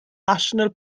national